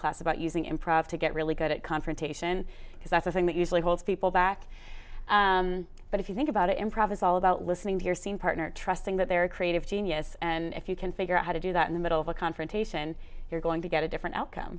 class about using improv to get really good at confrontation because that's the thing that usually holds people back but if you think about it improv is all about listening to your scene partner trusting that they're a creative genius and if you can figure out how to do that in the middle of a confrontation you're going to get a different outcome